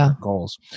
goals